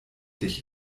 dich